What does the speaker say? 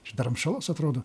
iš darmšalos atrodo